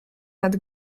nad